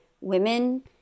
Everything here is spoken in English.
women